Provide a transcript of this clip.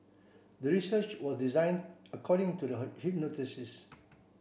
the research was designed according to the hypothesis